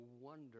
wonder